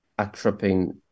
atropine